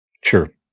Sure